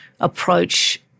approach